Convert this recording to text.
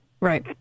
Right